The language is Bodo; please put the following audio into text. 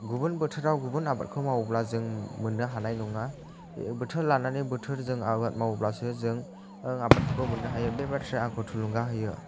गुबुन बोथोराव गुबुन आबादखौ मावोब्ला जों मोननो हानाय नङा बोथोर लानानै बोथोर जों आबाद मावोब्लासो जों आबादफोरखौ मोननो हायो बे बाथ्राया आंखौ थुलुंगा होयो